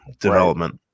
development